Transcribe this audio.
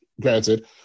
Granted